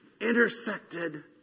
intersected